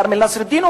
כרמל נסראלדין,